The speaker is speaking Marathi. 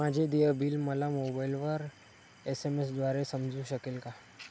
माझे देय बिल मला मोबाइलवर एस.एम.एस द्वारे समजू शकेल का?